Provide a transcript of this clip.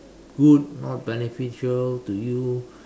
good not beneficial to you